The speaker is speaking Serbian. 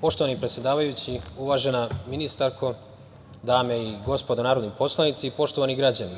Poštovani predsedavajući, uvažena ministarko, dame i gospodo narodni poslanici, poštovani građani,